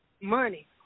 money